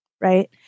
right